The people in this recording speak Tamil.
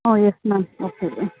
ஆ எஸ் மேம் ஓகே ம்